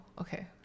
okay